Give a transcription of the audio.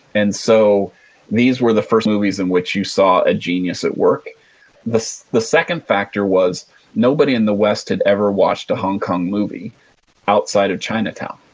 and so these were the first movies in which you saw a genius at work the the second factor was nobody in the west had ever watched a hong kong movie outside of chinatown.